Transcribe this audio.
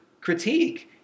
critique